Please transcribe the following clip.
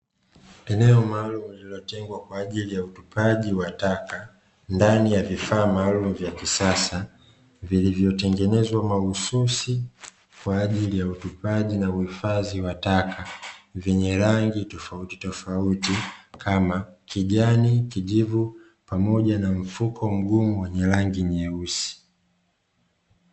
Eneo maalum lililotengwa kwa ajili ya utupaji wa taka ndani ya vifaa maalum vya kisasa vilivyotengenezwa mahususi kwa ajili ya utupaji, na uhifadhi wa taka vyenye rangi tofauti tofauti kama kijani, kijivu, pamoja na mfuko mgumu wenye rangi nyeusi.